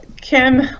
Kim